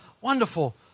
wonderful